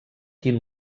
quin